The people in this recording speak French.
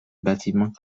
bâtiment